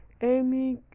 Amy